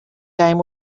game